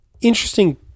interesting